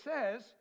says